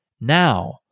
Now